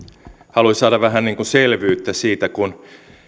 haluan saada vähän selvyyttä siitä kun